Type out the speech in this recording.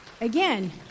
again